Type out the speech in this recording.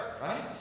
Right